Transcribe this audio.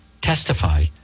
testify